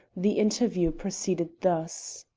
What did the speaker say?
the interview proceeded thus